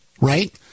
right